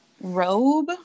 robe